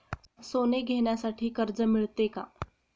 सोने घेण्यासाठी कर्ज मिळते का?